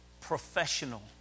professional